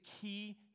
key